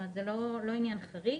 זה לא עניין חריג.